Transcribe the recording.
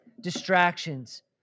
distractions